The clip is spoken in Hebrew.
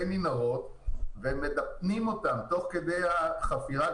מנהרות ומדפנים אותן בבטון תוך כדי החפירה.